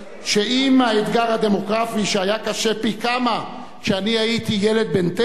שעם האתגר הדמוגרפי שהיה קשה פי כמה כשאני הייתי ילד בן תשע,